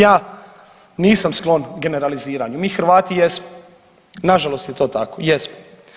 Ja nisam sklon generaliziranju, mi Hrvati jesmo, nažalost je to tako, jesmo.